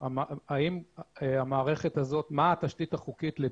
מה התשתית החוקית לפעולתה.